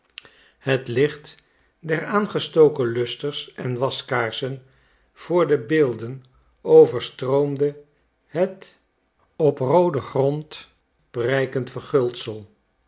het licht der aangestoken lusters en waskaarsen voor de beelden overstroomde het op rooden grond prijkend verguldsel